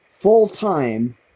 full-time